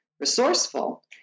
resourceful